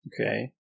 okay